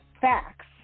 facts